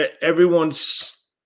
Everyone's